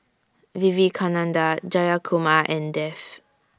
Vivekananda Jayakumar and Dev